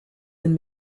and